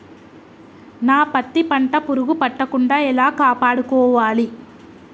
నా పత్తి పంట పురుగు పట్టకుండా ఎలా కాపాడుకోవాలి?